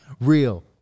real